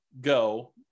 go